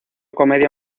comedia